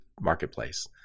marketplace